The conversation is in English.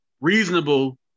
reasonable